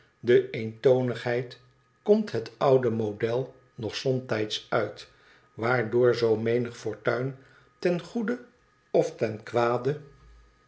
de eentonigheid komt het oude model nog somtijds uit waardoor zoo menig fortuin ten goede of ten kwade